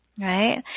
right